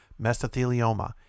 mesothelioma